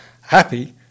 Happy